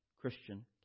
Christian